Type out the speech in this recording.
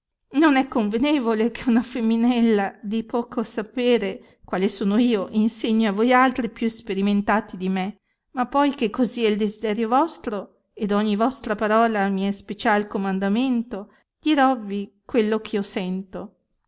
disse non è convenevole che una feminella di poco sapere quale sono io insegni a voi altri più esperimentati di me ma poi che così è il desiderio vostro ed ogni vostra parola mi è special comandamento dirovvi quello eh io sento